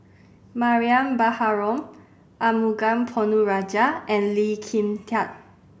Mariam Baharom Arumugam Ponnu Rajah and Lee Kin Tat